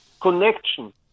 connection